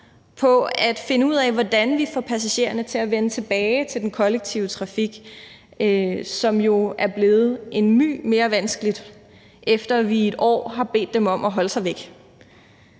på at finde ud af, hvordan vi får passagererne til at vende tilbage til den kollektive trafik, som jo er blevet en my mere vanskeligt, efter at vi i et år har bedt dem om at holde sig væk.